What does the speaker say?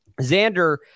Xander